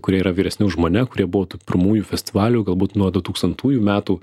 kurie yra vyresni už mane kurie buvo tų pirmųjų festivalių galbūt nuo du tūkstantųjų metų